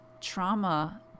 trauma